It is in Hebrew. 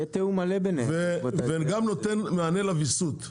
וגם נותן מענה לוויסות.